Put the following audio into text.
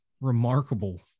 remarkable